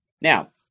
Now